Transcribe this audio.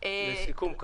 לסיכום.